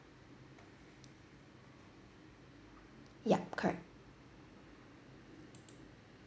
yup correct